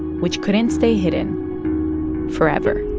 which couldn't stay hidden forever